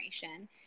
generation